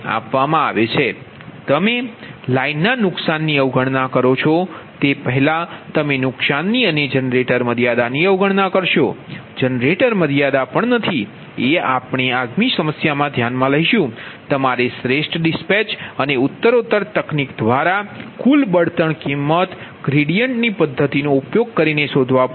તમે લાઇનના નુકસાનની અવગણના કરો છો તે પહેલાં તમે નુકસાનની અને જનરેટર મર્યાદાની અવગણના કરશો જનરેટર મર્યાદા પણ નથી એ આપણે આગામી સમસ્યામાં ધ્યાનમાં લઈશું તમારે શ્રેષ્ઠ રવાનગી અને ઉત્તરોત્તર તકનીક દ્વારા કુલ બળતણ કિંમત ગ્રેડીયન્ટની પદ્ધતિ નો ઉપયોગ કરીને શોધવા પડશે